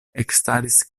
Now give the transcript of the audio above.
ekstaris